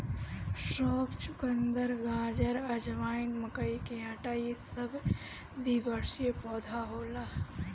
सौंफ, चुकंदर, गाजर, अजवाइन, मकई के आटा इ सब द्विवर्षी पौधा होला